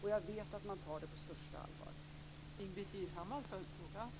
Jag vet att man tar detta på största allvar.